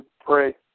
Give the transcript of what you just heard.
pray